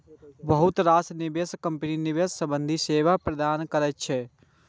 बहुत रास निवेश कंपनी निवेश संबंधी सेवा प्रदान करै छै